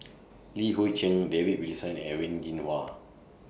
Li Hui Cheng David Wilson and Wen Jinhua